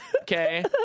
okay